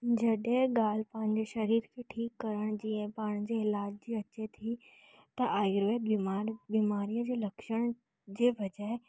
जॾहिं ॻाल्हि पंहिंजे शरीर खे ठीक करण जी ऐं पंहिंजे इलाज जी अचे थी त आयुर्वेद बीमार बीमारीअ जो लक्षण जे